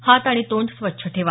हात आणि तोंड स्वच्छ ठेवा